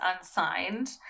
unsigned